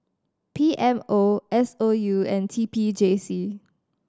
P M O S O U and T P J C